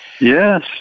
yes